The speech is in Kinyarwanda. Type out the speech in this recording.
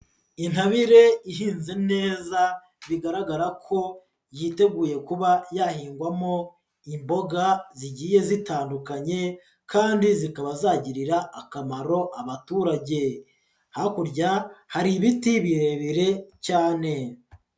Intabire ihinze neza, bigaragara ko yiteguye kuba yahingwamo imboga zigiye zitandukanye kandi zikaba zagirira akamaro abaturage, hakurya hari ibiti birebire cyane.